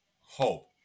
hope